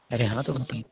अरे हाँ तो बताई